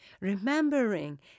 Remembering